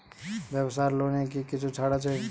ব্যাবসার লোনে কি কিছু ছাড় আছে?